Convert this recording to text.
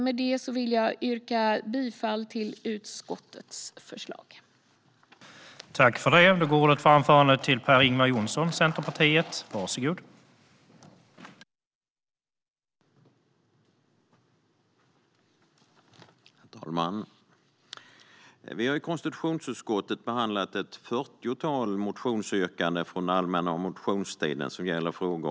Med detta vill jag yrka bifall till utskottets förslag i betänkandet.